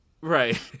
right